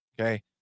Okay